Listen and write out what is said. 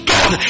God